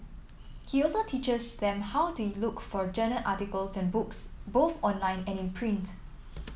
he also teaches them how to look for journal articles and books both online and in print